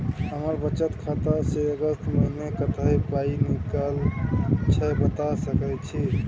हमर बचत खाता स अगस्त महीना कत्ते पाई निकलल छै बता सके छि?